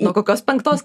nuo kokios penktos